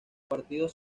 partidos